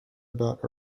about